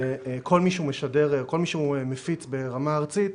לכל מי שמפיץ ברמה ארצית,